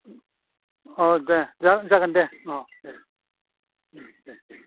अ दे जागोन जागोन दे अ दे दे दे